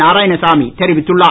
நாரயாணசாமி தெரிவித்துள்ளார்